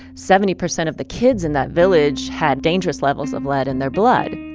seventy percent of the kids in that village had dangerous levels of lead in their blood.